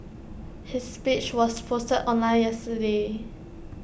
his speech was posted online yesterday